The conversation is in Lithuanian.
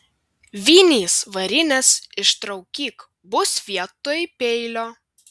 vinys varinės ištraukyk bus vietoj peilio